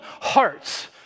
hearts